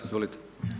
Izvolite.